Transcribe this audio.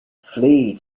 flee